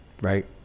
right